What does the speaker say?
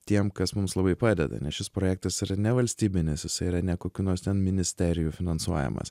tiem kas mums labai padeda nes šis projektas yra nevalstybinis jisai yra ne kokių nors ten ministerijų finansuojamas